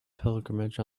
pilgrimage